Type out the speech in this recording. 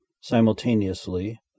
simultaneously